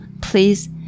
please